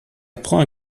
apprend